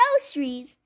groceries